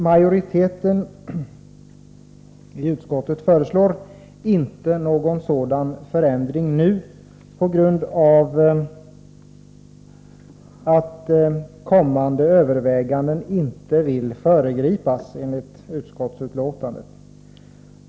Majoriteten i utskottet föreslår inte någon sådan förändring nu på grund av att kommande överväganden inte bör föregripas, enligt utskottsbetänkandet.